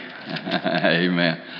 Amen